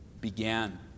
began